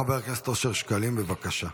חבר הכנסת אושר שקלים, בבקשה.